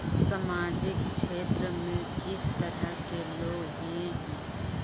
सामाजिक क्षेत्र में किस तरह के लोग हिये है?